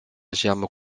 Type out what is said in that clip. germes